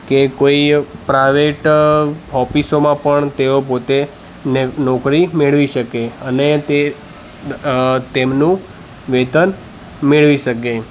કે કોઈ પ્રાઈવેટ ઓફિસોમાં પણ તેઓ પોતે ને નોકરી મેળવી શકે અને તે અ તેમનું વેતન મેળવી શકે